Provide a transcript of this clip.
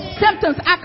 symptoms